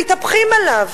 מתהפכים עליו.